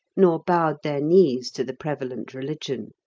nor bowed their knees to the prevalent religion.